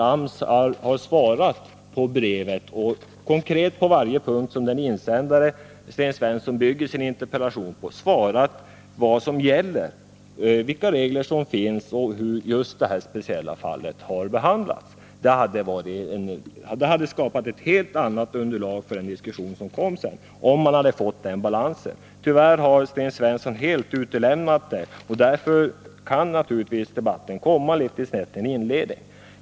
AMS har svarat på brevet och på varje punkt i den insändare som Sten Svensson bygger sin interpellation på visat vad som gäller, vilka regler som finns och hur just det här speciella fallet har behandlats. Det hade skapat ett helt annat underlag för den diskussion som kom sedan om vi fått den balansen. Tyvärr har Sten Svensson helt utelämnat detta svar, och därför kom debatten lite snett i inledningen.